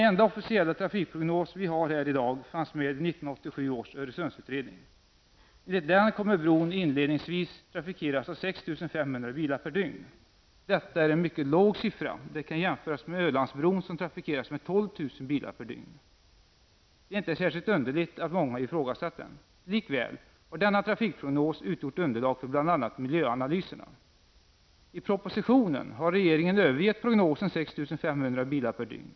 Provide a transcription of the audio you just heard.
Den enda officiella trafikprognos vi har här i dag fanns med i 1987 års Öresundsutredning. Detta är en mycket låg siffra. Den kan jämföras med Ölandsbron som trafikeras med 12 000 bilar per dygn. Det är inte särskilt underligt att många har ifrågasatt den. Likväl har denna trafikprognos utgjort underlag för bl.a. miljöanalyserna. I propositionen har regeringen övergett prognosen på 6 500 bilar per dygn.